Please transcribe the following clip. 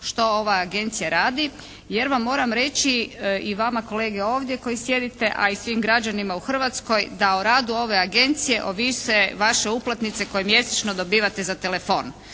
što ova agencija radi, jer vam moram reći i vama kolege ovdje koji sjedite, a i svim građanima u Hrvatskoj da o radu ove agencije ovise vaše uplatnice koje mjesečno dobivate za telefon.